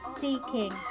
seeking